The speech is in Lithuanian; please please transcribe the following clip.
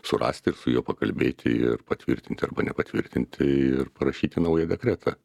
surasti ir su juo pakalbėti ir patvirtinti arba nepatvirtinti ir parašyti naują dekretą